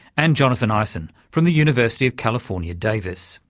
and jonathan eisen from the university of california, davis.